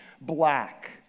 black